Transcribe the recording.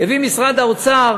הביא משרד האוצר